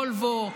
וולוו,